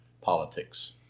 politics